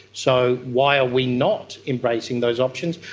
so why are we not embracing those options?